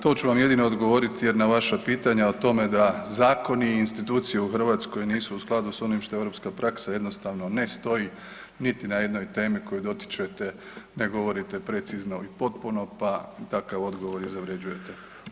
To ću vam jedino odgovoriti jer na vaša pitanja o tome da zakoni i institucije u Hrvatskoj nisu u skladu s onim što je europska praksa, jednostavno ne stoji niti na jednoj temi koju dotičete, ne govorite precizno i potpuno, pa takav odgovor i zavrjeđujete.